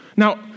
Now